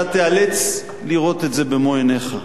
אתה תיאלץ לראות את זה במו-עיניך.